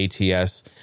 ATS